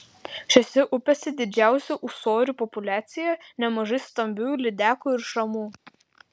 šiose upėse didžiausia ūsorių populiacija nemažai stambių lydekų ir šamų